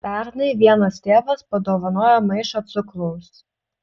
pernai vienas tėvas padovanojo maišą cukraus